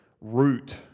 root